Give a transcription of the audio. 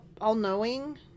all-knowing